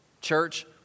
Church